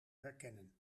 herkennen